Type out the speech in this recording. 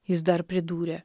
jis dar pridūrė